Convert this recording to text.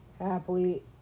happily